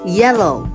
yellow